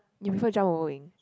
you prefer drum over wing